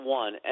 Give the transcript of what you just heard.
one